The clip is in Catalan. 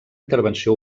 intervenció